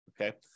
Okay